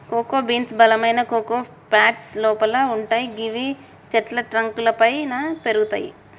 cocoa beans బలమైన cocoa pods లోపల వుంటయ్ గివి చెట్ల ట్రంక్ లపైన పెరుగుతయి